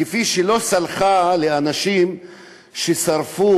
כפי שהיא לא סלחה לאנשים ששרפו